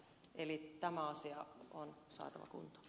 tämä asia on saatava kuntoon